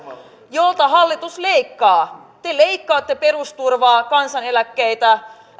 joilta hallitus leikkaa te leikkaatte perusturvaa kansaneläkkeitä